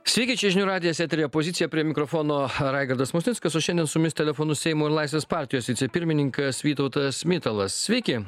sveiki čia žinių radijas eteryje pozicija prie mikrofono raigardas musnickas o šiandien su mumis telefonu seimo ir laisvės partijos vicepirmininkas vytautas mitalas sveiki